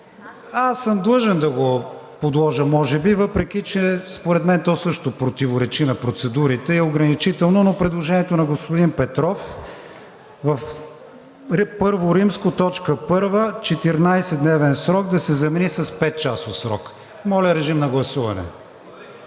съм длъжен да го подложа може би, въпреки че според мен то също противоречи на процедурите и е ограничително, но предложението на господин Петров е в I., т. 1: „14-дневен срок“ да се замени с „петчасов срок“. Моля, режим на гласуване.